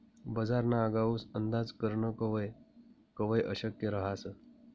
बजारना आगाऊ अंदाज करनं कवय कवय अशक्य रहास